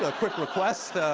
ah quick request.